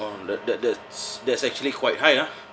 oh that that's that's actually quite high ah